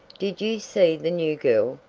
did you see the new girl?